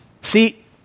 See